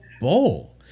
bowl